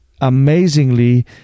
amazingly